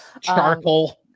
Charcoal